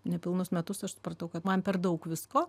nepilnus metus aš supratau kad man per daug visko